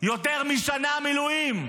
יותר משנה מילואים.